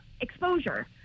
exposure